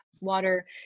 water